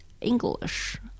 English